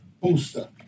booster